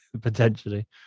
potentially